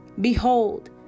behold